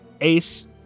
Ace